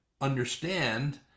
understand